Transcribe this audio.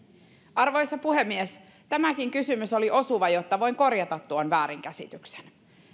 arvoisa puhemies tämäkin kysymys oli osuva jotta voin korjata tuon väärinkäsityksen